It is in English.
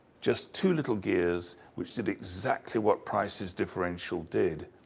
just two little gears which did exactly what price's differential did.